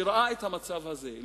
שראה את המצב הזה,